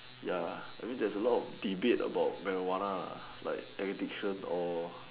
ya I mean there's a lot of debate about marijuana lah like addiction or